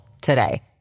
today